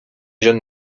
john